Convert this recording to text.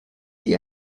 die